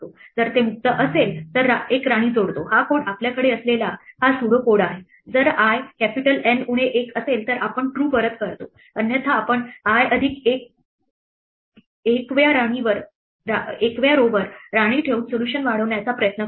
जर ते मुक्त असेल तर एक राणी जोडतो हा कोड आपल्याकडे असलेला हा स्यूडो कोड आहे जर i N उणे 1 असेल तर आपण true परत करतो अन्यथा आपण i अधिक 1 व्या row वर राणी ठेवून सोल्युशन वाढवण्याचा प्रयत्न करतो